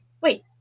wait